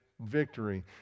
victory